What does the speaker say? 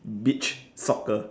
beach soccer